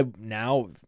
Now